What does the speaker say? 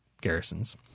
garrisons